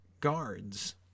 guards